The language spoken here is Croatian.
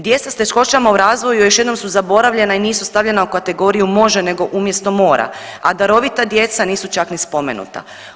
Djeca s teškoćama u razvoju još jednom su zaboravljena i nisu stavljena u kategoriju može nego umjesto mora, a darovita djeca nisu čak ni spomenuta.